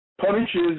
punishes